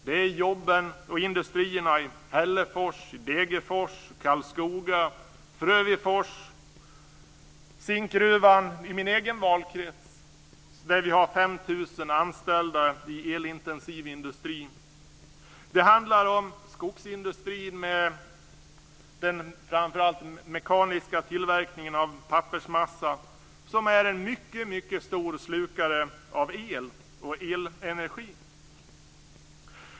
Det gäller jobben och industrierna i Hällefors, Degerfors, Karlskoga, Frövifors och zinkgruvan i min egen valkrets, där vi har 5 000 anställda i elintensiv industri. Det handlar om skogsindustrin med den framför allt mekaniska tillverkningen av pappersmassa, som är en mycket stor slukare av el och elenergi.